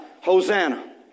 Hosanna